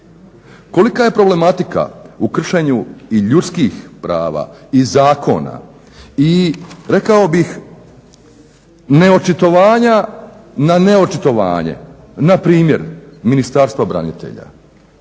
kolika je problematika u kršenju i ljudskih prava i zakona i rekao bih neočitovanja na neočitovanje npr. Ministarstva branitelja.